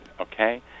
okay